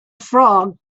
frog